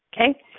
okay